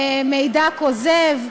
מידע כוזב.